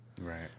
Right